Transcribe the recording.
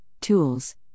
tools